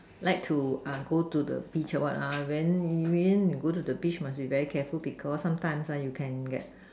like to uh go to the beach or what ah when it rains you go to the beach must be very careful because sometimes ah you can get